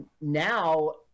now